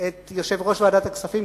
את יושב-ראש ועדת הכספים,